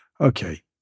okay